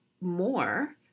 more